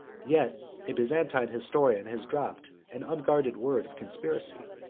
yet a byzantine historian has dropped an unguarded word of conspiracy,